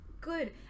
good